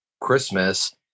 Christmas